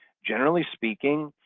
generally speaking,